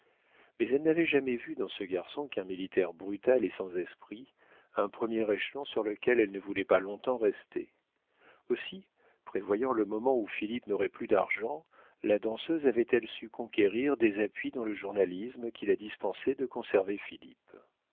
mais elle n'avait jamais vu dans ce garçon qu'un militaire brutal et sans esprit un premier échelon sur lequel elle ne voulait pas long-temps rester aussi prévoyant le moment où philippe n'aurait plus d'argent la danseuse avait-elle su conquérir des appuis dans le journalisme qui la dispensaient de conserver